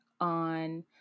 on